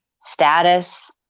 status